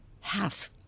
half